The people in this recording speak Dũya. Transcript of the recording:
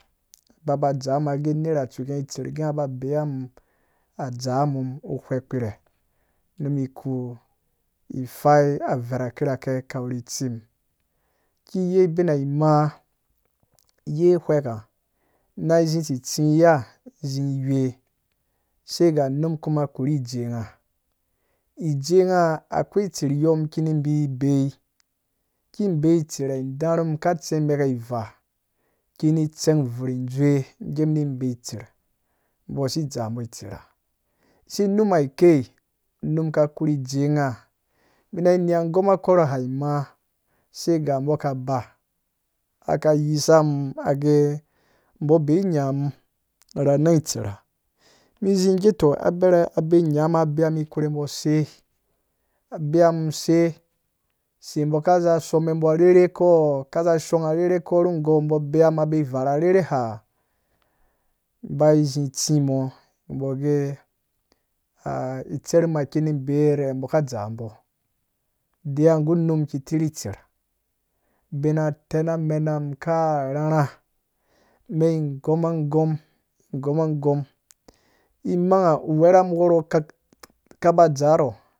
Ba ba dzam ge nera tsuke ngha tser ge ngh ba beya mum a dzaa mu uwɛɛk kpirɛ nu mum ku fai aver kira ka we ri tsim ki yei bina mãã yei wɛɛk ha na zi tsitsi ni ya sai ga num kuma korhi jee ngha ijee ngha akwai tser yɔɔ miki ni beyi ki beyi ki beyi tsera da rhum ka tsi imɛɛka vaa. kini tseng vur dzowe ge mini beyi tser bo si dza bo tsera. sei numa kei num ka korhu jee ngha mi na ni gom a kɔrɔha ma sei ga bo kaba ka yisa mum agee bo beyi nya mum ra nan tsera mizi gee to abere abeyi nya mu abeya mum krohuwe bo se abeya se se boka za some bo arherhe ko? Ka za shong arherhe ko ru gɔɔ bɔɔ beya mum beyi varha rherhe ha bai zi tsi mɔɔ boge e itserma kini beyare bo ka dzaa bɔ ghweeyam gu numkpi mu ki tirhi tser bina tana mena ka rhãrhã mengom a gom-gom agom imangha uwerham worɔɔ kaba dzaa rhɔɔ